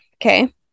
okay